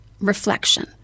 reflection